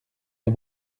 les